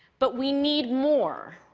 but we need more.